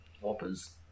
Whoppers